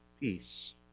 peace